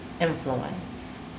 influence